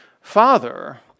Father